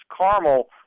Carmel